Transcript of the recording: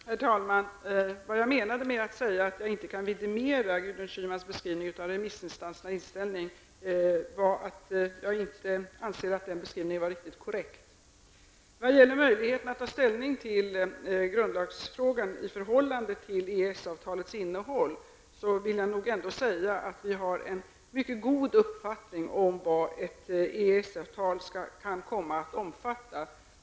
Herr talman! Vad jag menade med att säga att jag inte kan vidimera Gudrun Schymans beskrivning av remissinstansernas inställning var att jag inte ansåg att den beskrivningen var riktigt korrekt. Vad gäller möjligheterna att ta ställning till grundlagsfrågan i förhållande till EES-avtalets innehåll vill jag nog ändå säga att vi har en mycket god uppfattning om vad ett EES-avtal kan komma att omfatta.